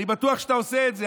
אני בטוח שאתה עושה את זה,